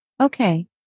Okay